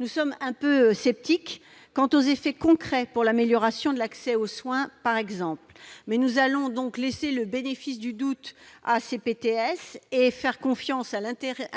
nous sommes un peu sceptiques sur ses effets concrets pour l'amélioration de l'accès aux soins, par exemple. Nous laissons toutefois le bénéfice du doute à ces PTS et faisons confiance à